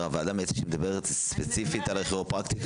כשאת מדברת על ועדה מייעצת זה ספציפית על כירופרקטיקה.